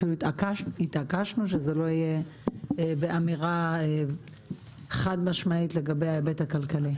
אפילו התעקשנו שזה לא יהיה באמירה חד משמעית לגבי ההיבט הכלכלי.